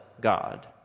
God